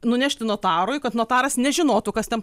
nunešti notarui kad notaras nežinotų kas ten